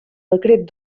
decret